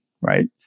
right